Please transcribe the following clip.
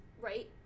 right